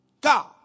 God